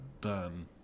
done